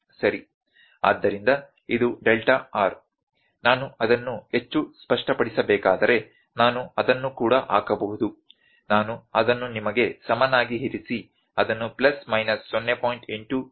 ಆದ್ದರಿಂದ ಇದು delta r ನಾನು ಅದನ್ನು ಹೆಚ್ಚು ಸ್ಪಷ್ಟಪಡಿಸಬೇಕಾದರೆ ನಾನು ಅದನ್ನು ಕೂಡ ಹಾಕಬಹುದು ನಾನು ಅದನ್ನು ನಿಮಗೆ ಸಮನಾಗಿ ಇರಿಸಿ ಅದನ್ನು ಪ್ಲಸ್ ಮೈನಸ್ 0